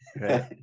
Right